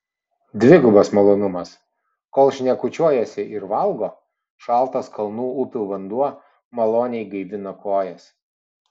dvigubas malonumas kol šnekučiuojasi ir valgo šaltas kalnų upių vanduo maloniai gaivina kojas